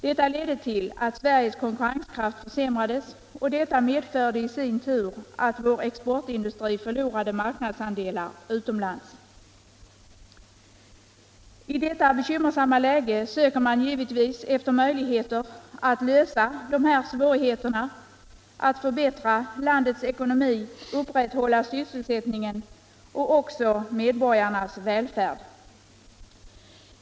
Detta ledde till att Sveriges konkurrenskraft försämrades, vilket i sin tur medförde att vår exportindustri förlorade marknadsandelar utomlands. I detta bekymmersamma läge söker man givetvis efter möjligheter att undanröja svårigheterna och förbättra landets ekonomi, upprätthålla sysselsättningen och bibehålla medborgarnas välfärd.